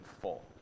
full